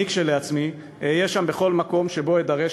אני כשלעצמי אהיה שם בכל מקום שבו אדרש